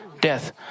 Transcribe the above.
death